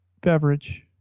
Beverage